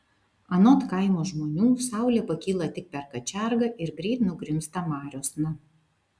anot kaimo žmonių saulė pakyla tik per kačergą ir greit nugrimzta mariosna